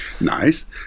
nice